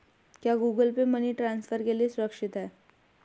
क्या Google Pay money transfer के लिए सुरक्षित है?